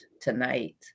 tonight